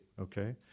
okay